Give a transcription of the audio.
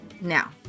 Now